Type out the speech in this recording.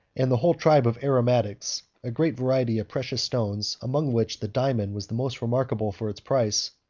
and the whole tribe of aromatics a great variety of precious stones, among which the diamond was the most remarkable for its price,